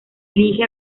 elige